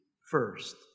first